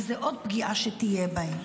וזאת עוד פגיעה שתהיה בהם.